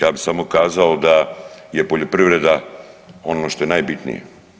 Ja bih samo kazao da je poljoprivreda ono što je najbitnije.